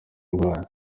urwaye